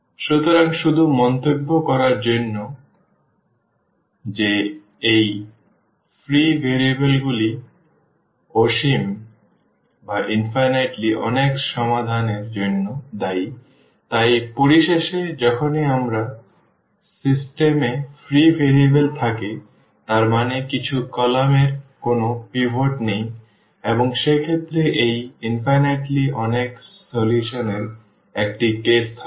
সুতরাং শুধু মন্তব্য করার জন্য যে এই ফ্রি ভেরিয়েবল গুলি অসীম অনেক সমাধান এর জন্য দায়ী তাই পরিশেষে যখনই আমাদের সিস্টেম এ ফ্রি ভেরিয়েবল থাকে তার মানে কিছু কলাম এর কোনও পিভট নেই এবং সেক্ষেত্রে এই অসীম অনেক সমাধান এর একটি কেস থাকবে